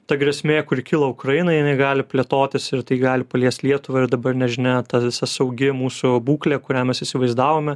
ta grėsmė kuri kilo ukrainoj jinai gali plėtotis ir tai gali paliest lietuvą ir dabar nežinia ta visa saugi mūsų būklė kurią mes įsivaizdavome